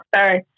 Sorry